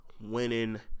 winning